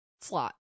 slot